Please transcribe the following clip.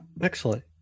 excellent